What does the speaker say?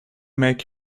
make